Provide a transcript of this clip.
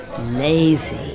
Lazy